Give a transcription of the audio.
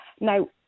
Now